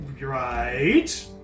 Right